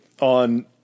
on